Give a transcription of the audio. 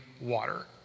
water